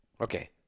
okay